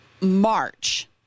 march